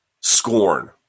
scorn